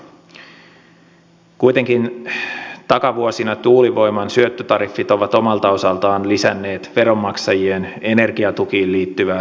kuitenkin takavuosina tuulivoiman syöttötariffit ovat omalta osaltaan lisänneet veronmaksajien energiatukiin liittyvää rasitusta